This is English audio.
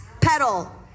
pedal